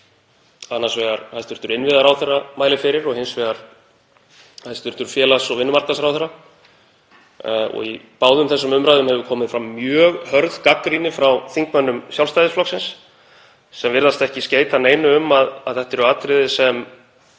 annars vegar hæstv. innviðaráðherra mælir fyrir og hins vegar hæstv. félags- og vinnumarkaðsráðherra og í báðum þessum umræðum hefur komið fram mjög hörð gagnrýni frá þingmönnum Sjálfstæðisflokksins sem virðast ekki skeyta neitt um að þetta eru atriði sem